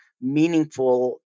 meaningful